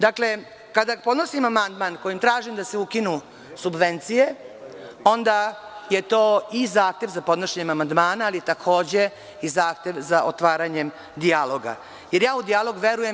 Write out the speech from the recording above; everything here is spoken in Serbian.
Dakle, kada podnosim amandman kojim tražim da se ukinu subvencije, onda je to i zahtev za podnošenje amandmana, ali takođe i zahtev za otvaranjem dijaloga, jer ja u dijalog verujem.